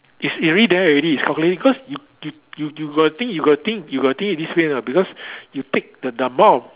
it's already there already it's calculate cause you you you you got to think you got to think you got to think it this way you know because you take the the amount of